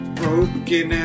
broken